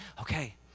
okay